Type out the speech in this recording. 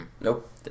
Nope